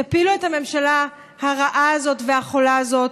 תפילו את הממשלה הרעה הזאת והחולה הזאת,